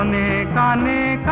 um a a nine a